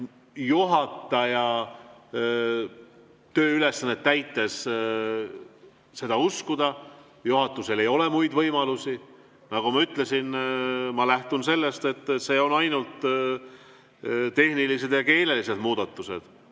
seda juhtivkomisjoni hinnangut uskuda. Juhatusel ei ole muid võimalusi. Nagu ma ütlesin, ma lähtun sellest, et siin on ainult tehnilised ja keelelised muudatused.